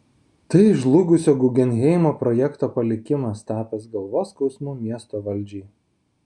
tai žlugusio guggenheimo projekto palikimas tapęs galvos skausmu miesto valdžiai